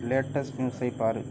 latest நியூஸை பார்